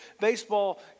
baseball